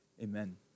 Amen